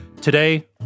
Today